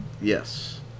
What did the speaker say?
Yes